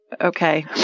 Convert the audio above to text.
Okay